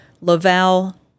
Laval